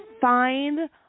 find